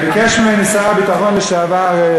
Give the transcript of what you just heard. ביקש ממני שר הביטחון לשעבר,